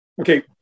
okay